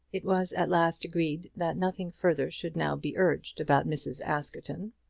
it was at last agreed that nothing further should now be urged about mrs. askerton.